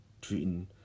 treating